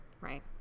right